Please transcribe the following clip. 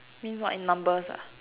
mean what in numbers ah